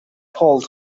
cold